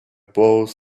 both